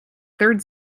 third